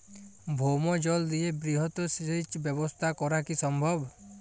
ভৌমজল দিয়ে বৃহৎ সেচ ব্যবস্থা করা কি সম্ভব?